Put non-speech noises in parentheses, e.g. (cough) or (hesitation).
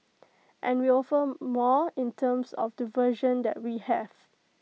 and we offer (hesitation) more in terms of the version that we have